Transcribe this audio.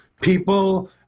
people